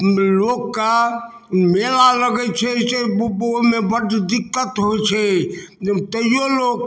लोकके मेला लगै छै से ओहिमे बड़ दिक्कत होइ छै तैओ लोक